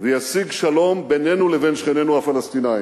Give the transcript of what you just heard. וישיג שלום בינינו לבין שכנינו הפלסטינים.